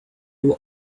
were